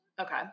Okay